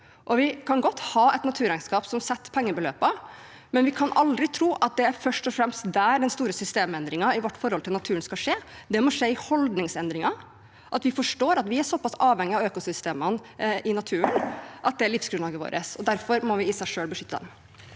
Vi kan godt ha et naturregnskap som setter en pengeverdi, men vi kan aldri tro at det først og fremst er der den store systemendringen i vårt forhold til naturen skal skje. Det må skje i holdningsendringene, at vi forstår at vi er såpass avhengig av økosystemene i naturen, at det er livsgrunnlaget vårt. Derfor må vi beskytte den